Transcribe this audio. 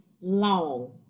long